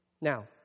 Now